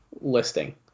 listing